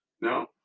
No